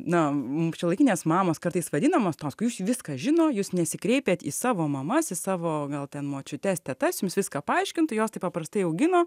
na mum šiuolaikinės mamos kartais vadinamos tos kai už viską žino jūs nesikreipiat į savo mamas į savo gal ten močiutes tetas jums viską paaiškintų jos taip paprastai augino